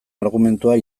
argumentua